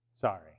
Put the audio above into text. Sorry